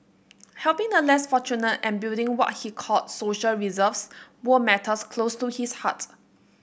helping the less fortunate and building what he called social reserves were matters close to his heart